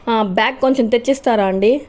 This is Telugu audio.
బ్యాగ్ కొంచం తెచ్చిస్తారా అండి